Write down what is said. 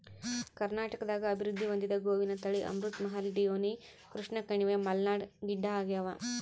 ಕರ್ನಾಟಕದಾಗ ಅಭಿವೃದ್ಧಿ ಹೊಂದಿದ ಗೋವಿನ ತಳಿ ಅಮೃತ್ ಮಹಲ್ ಡಿಯೋನಿ ಕೃಷ್ಣಕಣಿವೆ ಮಲ್ನಾಡ್ ಗಿಡ್ಡಆಗ್ಯಾವ